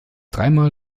dreimal